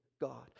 God